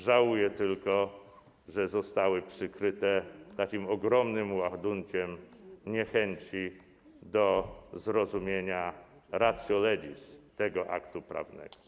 Żałuję tylko, że zostały one przykryte takim ogromnym ładunkiem niechęci do zrozumienia ratio legis tego aktu prawnego.